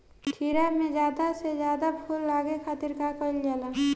खीरा मे ज्यादा से ज्यादा फूल लगे खातीर का कईल जाला?